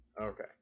Okay